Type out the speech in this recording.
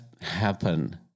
happen